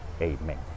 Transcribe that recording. Amen